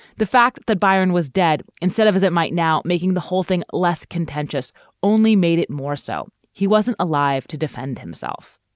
the fact that byron was dead instead of as it might now making the whole thing less contentious only made it more so he wasn't alive to defend himself.